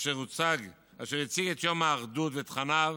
אשר הציג את יום האחדות ואת תכניו,